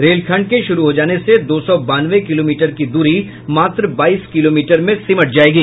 रेलखंड के शुरू हो जाने से दो सौ बानवे किलोमीटर की दूरी मात्र बाईस किलोमीटर में सिमट जाएगी